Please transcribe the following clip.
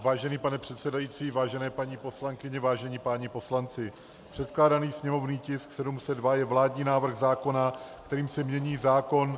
Vážený pane předsedající, vážené paní poslankyně, vážení páni poslanci, předkládaný sněmovní tisk 702 je vládní návrh zákona, kterým se mění zákon